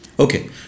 Okay